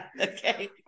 okay